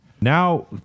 Now